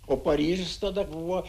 o paryžius tada buvo